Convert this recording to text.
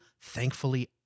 thankfully